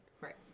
Right